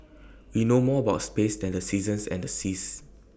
we know more about space than the seasons and the seas